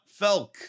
Felk